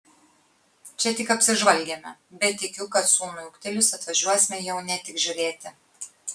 čia tik apsižvalgėme bet tikiu kad sūnui ūgtelėjus atvažiuosime jau ne tik žiūrėti